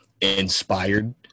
inspired